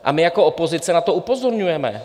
A my jako opozice na to upozorňujeme.